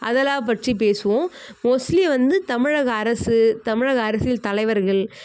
அதெல்லாம் பற்றி பேசுவோம் மோஸ்ட்லி வந்து தமிழக அரசு தமிழக அரசியல் தலைவர்கள்